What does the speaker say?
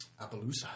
Appaloosa